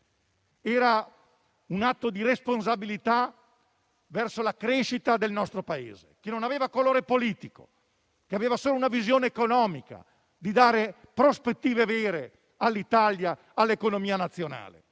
stato un atto di responsabilità verso la crescita del nostro Paese, che non ha colore politico, ma richiede solo una visione economica volta a dare prospettive vere all'Italia e all'economia nazionale.